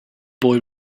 boy